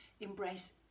embrace